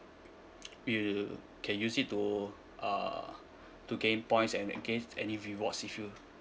you can use it to uh to gain points and gain any rewards if you